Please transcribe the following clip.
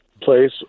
place